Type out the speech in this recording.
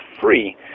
free